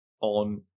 on